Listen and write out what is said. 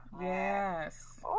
Yes